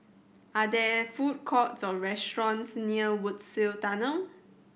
are there food courts or restaurants near Woodsville Tunnel